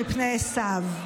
מפני עשו.